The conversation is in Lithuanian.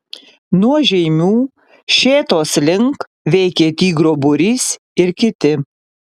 nuo žeimių šėtos link veikė tigro būrys ir kiti